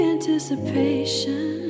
anticipation